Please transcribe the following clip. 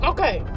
Okay